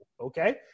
Okay